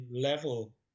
level